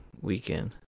weekend